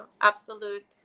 absolute